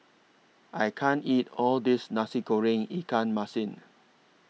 I can't eat All This Nasi Goreng Ikan Masin